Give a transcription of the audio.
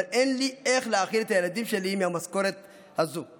אבל אין לי איך להאכיל את הילדים שלי מהמשכורת הזו.